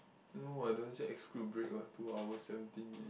no [what] doesn't say exclude break [what] two hour seventeen minute